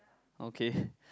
okay